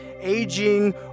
aging